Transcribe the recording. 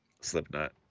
slipknot